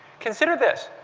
consider this,